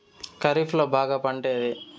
ఖరీఫ్ లో బాగా పండే పంట ఏది?